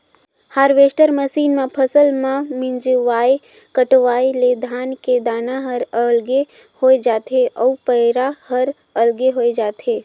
harvester machine म फसल ल मिंजवाय कटवाय ले धान के दाना हर अलगे होय जाथे अउ पैरा हर अलगे होय जाथे